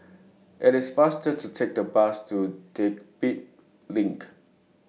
IT IS faster to Take The Bus to Dedap LINK